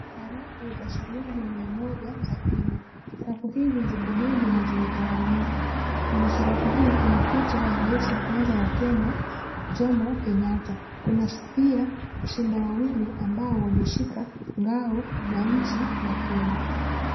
Sarafu za shilingi mia moja za Kenya. Sarafu hizi ziko mingi na zimetawanyika. Kwenye sarafu hii kuna picha ya rais wa kwanza wa Kenya Jomo Kenyatta. Kuna pia simba wawili ambao wameshika ngao ya nchi ya Kenya.